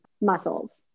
muscles